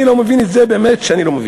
אני לא מבין את זה, באמת שאני לא מבין.